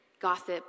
Gossip